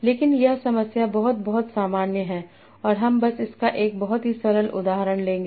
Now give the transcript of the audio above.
लेकिन यह समस्या बहुत बहुत सामान्य है और हम बस इसका एक बहुत ही सरल उदाहरण लेंगे